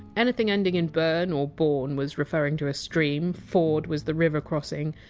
anything ending in! burn! or! born! was referring to a stream! ford! was the river crossing,